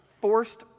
forced